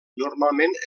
normalment